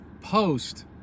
post